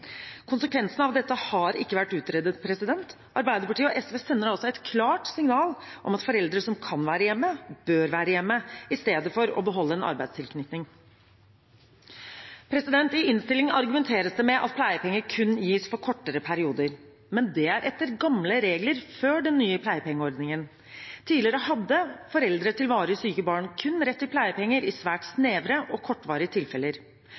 Konsekvensene av dette har ikke vært utredet. Arbeiderpartiet og SV sender altså et klart signal om at foreldre som kan være hjemme, bør være hjemme, i stedet for å beholde en arbeidstilknytning. I innstillingen argumenteres det med at pleiepenger kun gis for kortere perioder. Men det er etter gamle regler, før den nye pleiepengeordningen. Tidligere hadde foreldre til varig syke barn kun rett til pleiepenger i svært snevre og kortvarige tilfeller.